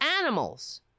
animals